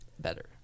Better